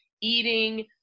eating